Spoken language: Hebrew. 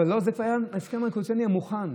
אבל לא זה, ההסכם הקואליציוני היה מוכן.